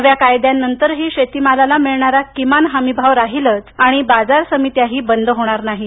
नव्याकायद्यानंतरही शेतीमालाला मिळणारा किमान हमी भाव राहीलच आणिबाजार समित्याही बंद होणार नाहित